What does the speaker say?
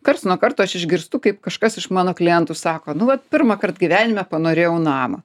karts nuo karto aš išgirstu kaip kažkas iš mano klientų sako nu vat pirmąkart gyvenime panorėjau namo